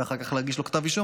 ואחר כך להגיש נגדו כתב אישום,